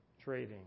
trading